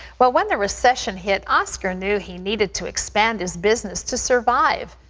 well, when the recession hit, oscar knew he needed to expand his business to survive.